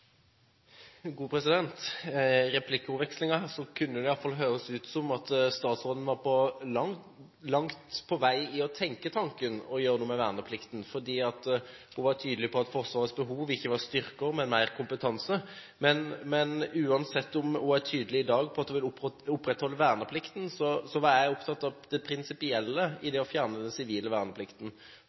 kunne det i alle fall høres ut som om statsråden langt på vei har tenkt tanken å gjøre noe med verneplikten, fordi hun var tydelig på at Forsvarets behov ikke var styrker, men mer kompetanse. Men uansett om hun i dag er tydelig på at hun vil opprettholde verneplikten, er jeg opptatt av det prinsipielle ved å fjerne den sivile verneplikten.